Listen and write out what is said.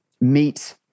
meet